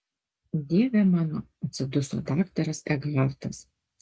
dieve mano atsiduso daktaras ekhartas